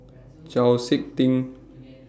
Chau Sik Ting